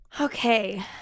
Okay